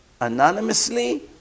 anonymously